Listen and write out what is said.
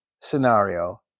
scenario